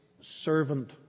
servant